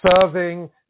serving